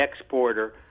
exporter